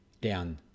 down